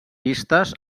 pistes